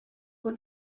will